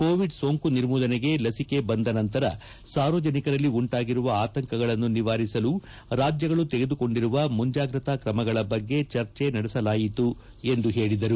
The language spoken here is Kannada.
ಕೋವಿಡ್ ಸೋಂಕು ನಿರ್ಮೂಲನೆಗೆ ಲಸಿಕೆ ಬಂದ ನಂತರ ಸಾರ್ವಜನಿಕರಲ್ಲಿ ಉಂಟಾಗಿರುವ ಆತಂಕಗಳನ್ನು ನಿವಾರಿಸಲು ರಾಜ್ಯಗಳು ತೆಗೆದುಕೊಂಡಿರುವ ಮುಂಜಾಗ್ರತಾ ಕ್ರಮಗಳ ಬಗ್ಗೆ ಚರ್ಜೆ ನಡೆಸಲಾಯಿತು ಎಂದು ಹೇಳಿದರು